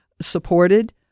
supported